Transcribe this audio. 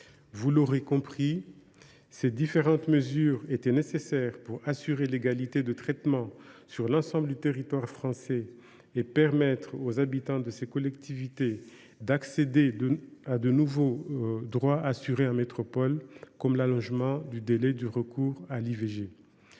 Vous l’aurez compris, ces différentes mesures étaient nécessaires pour assurer l’égalité de traitement sur l’ensemble du territoire français et permettre aux habitants de ces collectivités d’accéder à de nouveaux droits déjà assurés en métropole, comme l’allongement du délai de recours à l’IVG.